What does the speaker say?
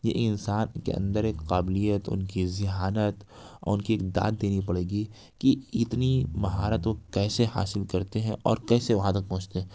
یہ انسان کے اندر ایک قابلیت ان کی ذہانت ان کی داد دینی پڑے گی کہ اتنی مہارتوں کیسے حاصل کرتے ہیں اور کیسے وہاں تک پہنچتے ہیں